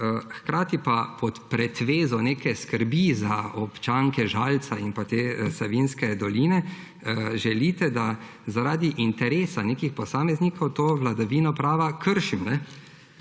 Hkrati pa pod pretvezo neke skrbi za občanke Žalca in Savinjske doline želite, da zaradi interesa nekih posameznikov to vladavino prava kršim.